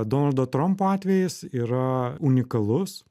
donaldo trampo atvejis yra unikalus